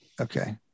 okay